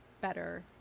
better